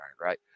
right